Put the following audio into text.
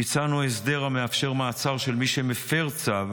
הצענו הסדר המאפשר מעצר של מי שמפר צו